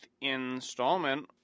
installment